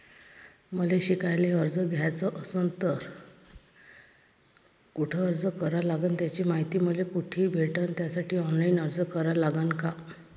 मले शिकायले कर्ज घ्याच असन तर कुठ अर्ज करा लागन त्याची मायती मले कुठी भेटन त्यासाठी ऑनलाईन अर्ज करा लागन का?